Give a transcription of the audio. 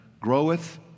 groweth